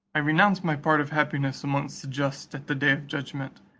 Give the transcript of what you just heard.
i renounce my part of happiness amongst the just at the day of judgment,